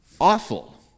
Awful